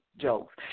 jokes